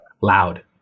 Loud